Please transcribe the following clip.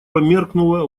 померкнула